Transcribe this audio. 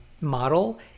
model